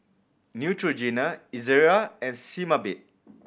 Neutrogena Ezerra and Sebamed